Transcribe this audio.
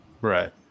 Right